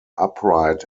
upright